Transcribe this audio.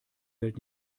welt